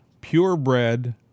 purebred